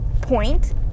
point